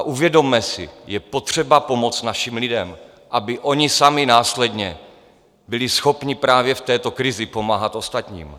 Uvědomme si, je potřeba pomoci našim lidem, aby oni sami následně byli schopni právě v této krizi pomáhat ostatním.